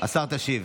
השר, תשיב.